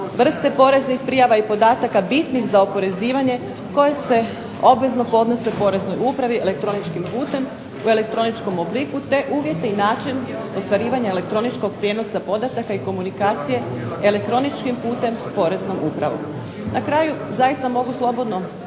vrste poreznih prijava i podataka bitnih za oporezivanje koje se obvezno podnose poreznoj upravi elektroničkim putem u elektroničkom obliku te uvjeti i način ostvarivanja elektroničkog prijenosa podataka i komunikacije elektroničkim putem s Poreznom upravom. Na kraju zaista mogu reći da